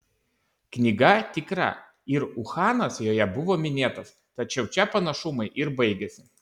knyga tikra ir uhanas joje buvo minėtas tačiau čia panašumai ir baigiasi